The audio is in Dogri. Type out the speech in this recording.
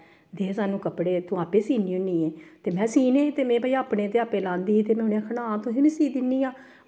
दे सानूं कपड़े तूं आपूं सीह्नी होनी ऐ ते में सीह्नें ते में भाई अपने ते आपें लांदी ही ते में आखना आं तुसें गी सीऽ दिन्नी आं